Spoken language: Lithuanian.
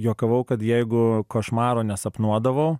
juokavau kad jeigu košmaro nesapnuodavau